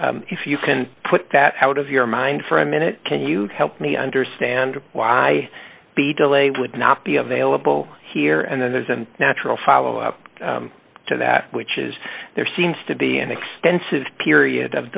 delay if you can put that out of your mind for a minute can you help me understand why the delay would not be available here and then there's a natural follow up to that which is there seems to be an extensive period of